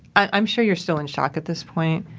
i'm sure you're still in shock at this point,